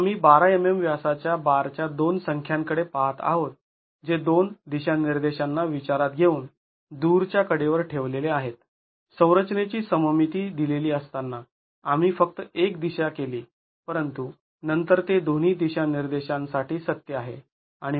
तर आम्ही १२ mm व्यासाच्या बारच्या दोन संख्यांकडे पहात आहोत जे दोन दिशानिर्देशांना विचारात घेऊन दूरच्या कडेवर ठेवलेले आहेत संरचनेची सममिती दिलेली असताना आम्ही फक्त एक दिशा केली परंतु नंतर ते दोन्ही दिशानिर्देशांसाठी सत्य आहे